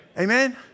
Amen